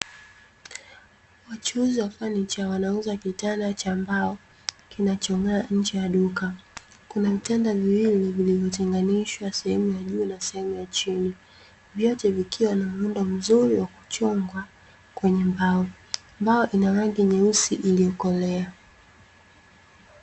Wachuuzi wa fanicha wanauza kitanda cha mbao, kinachong'aa nje ya duka. Kuna vitanda viwili vilivyotenganishwa sehemu ya juu na sehemu ya chini. Vyote vikiwa na muundo mzuri wa kuchongwa kwenye mbao. Mbao ina rangi nyeusi iliyokolea.